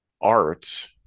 art